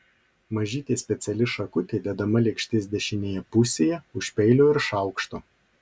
mažytė speciali šakutė dedama lėkštės dešinėje pusėje už peilio ir šaukšto